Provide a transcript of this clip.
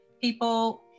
people